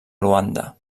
luanda